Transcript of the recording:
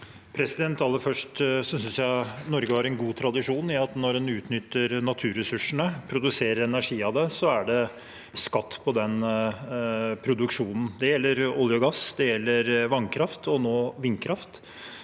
Aller først: Jeg synes Norge har en god tradisjon i at når en utnytter naturressursene og produserer energi av det, er det skatt på den produksjonen. Det gjelder olje, gass og vannkraft – og nå vindkraft.